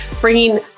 bringing